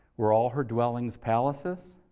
were all her dwellings palaces?